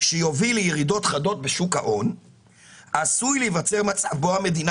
שיוביל לירידות חדות בשוק ההון עשוי להיווצר מצב בו המדינה